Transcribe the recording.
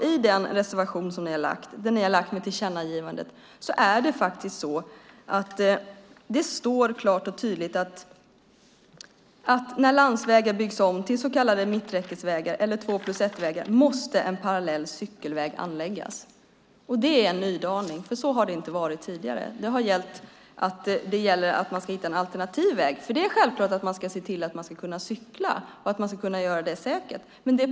I reservation 5 om ett tillkännagivande står det klart och tydligt: "När landsvägar byggs om till s.k. mitträckesvägar eller två-plus-ett-vägar, måste en parallell cykelväg anläggas." Det är en nydaning, för så har det inte tidigare varit. Det gäller att hitta en alternativ väg. Självklart ska man se till att det går att cykla och att det kan göras på ett säkert sätt.